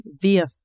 via